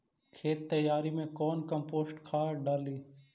खेत तैयारी मे कौन कम्पोस्ट खाद डाली?